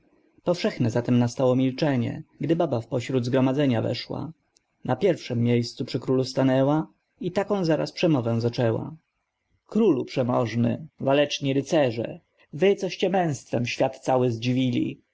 powszechne zatem nastało milczenie gdy baba wpośród zgromadzenia weszła na pierwszem miejscu przy królu stanęła i taką zaraz przemowę zaczęła królu przemożny waleczni rycerze wy coście męztwem świat cały zdziwili